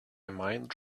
mind